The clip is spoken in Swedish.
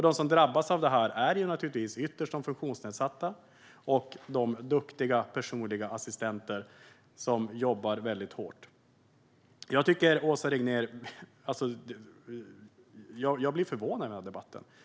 De som drabbas av detta är ytterst de funktionsnedsatta och de duktiga personliga assistenterna, som jobbar hårt. Jag blir förvånad av denna debatt.